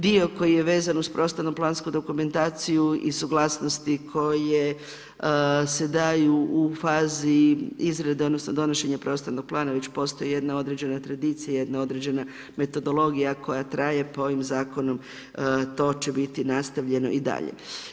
Dio koji je vezan uz prostorno-plansku dokumentaciju i suglasnosti koje se daju u fazi izrade, odnosno donošenja prostornog plana već postoji određena tradicija, jedna određena metodologija koja traje pa ovim zakonom to će biti nastavljeno i dalje.